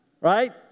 Right